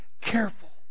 careful